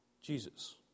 Jesus